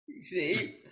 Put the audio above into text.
See